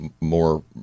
more